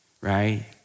right